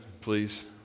please